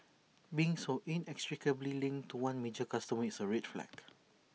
being so inextricably linked to one major customer is A red flag